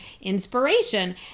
inspiration